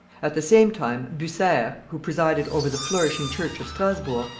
at the same time bucer, who presided over the flourishing church of strasburg,